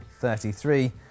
33